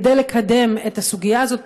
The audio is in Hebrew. כדי לקדם את הסוגיה הזאת,